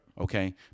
Okay